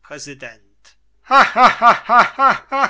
präsident